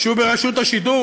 שהוא ברשות השידור,